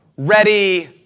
Ready